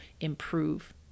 improve